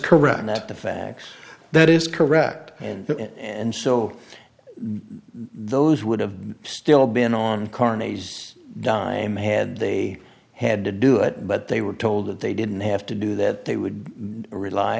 that the facts that is correct and and so those would have still been on carney's dime had they had to do it but they were told that they didn't have to do that they would rely